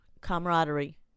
camaraderie